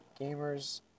Gamers